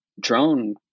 drone